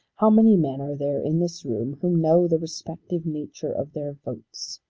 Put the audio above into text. how many men are there in this room who know the respective nature of their votes?